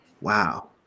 Wow